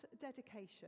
dedication